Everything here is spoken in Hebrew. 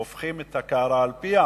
הופכת את הקערה על פיה